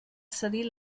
cedir